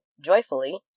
joyfully